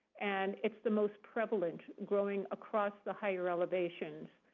and it's the most prevalent growing across the higher elevations.